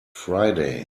friday